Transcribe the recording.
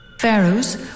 Pharaohs